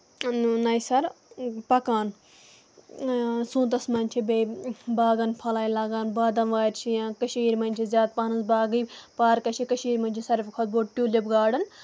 نیہِ سَرٕ پَکان سونتس منٛز چھِ بیٚیہِ باغَن پھٔلاے لگان بادَم وارِ چھِ یا کٔشیٖرِ منٛز چھِ زیادٕ پَہنتھ باغٕے پارکہٕ چھِ کٔشیٖرِ منٛز چھِ ساروی کھۄتہٕ بوٚڑ ٹوٗلِپ گاڈن